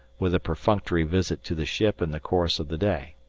with a perfunctory visit to the ship in the course of the day.